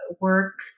work